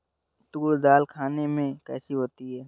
तूर दाल खाने में कैसी होती है?